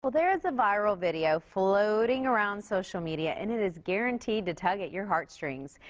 but there is a viral video floating around social media and it is guaranteed to tug at your heart strings.